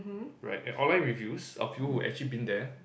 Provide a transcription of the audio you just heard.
right online reviews a few who've you've been there